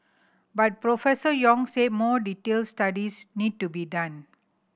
but Professor Yong said more detailed studies need to be done